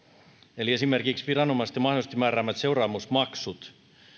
eli esimerkiksi viranomaisten mahdollisesti määräämät seuraamusmaksut